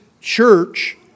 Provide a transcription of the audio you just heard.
Church